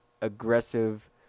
aggressive